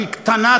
שהיא קטנה,